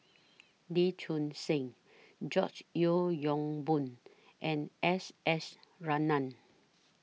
Lee Choon Seng George Yeo Yong Boon and S S Ratnam